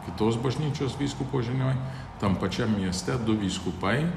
kitos bažnyčios vyskupo žinioj tam pačiam mieste du vyskupai